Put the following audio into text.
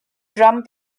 drum